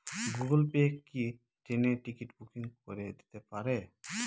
Google Pay কি ট্রেনের ticket booking করে দিতে পারে?